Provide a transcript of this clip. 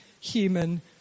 human